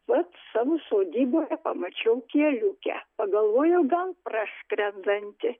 vat savo sodyboje pamačiau kieliukę pagalvojau gal praskredantį